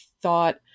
thought